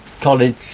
college